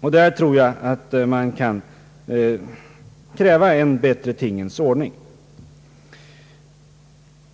Där tror jag att man kan kräva en bättre tingens ordning.